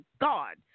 God